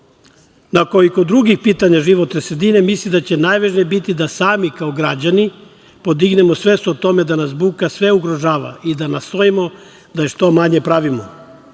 Niša. Kod drugih pitanja životne sredine mislim da će najvažnije biti da sami kao građani podignemo svest o tome da nas buka sve ugrožava i da nastojimo da je što manje pravimo.